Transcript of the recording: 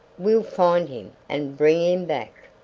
we'll find him and bring him back.